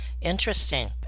Interesting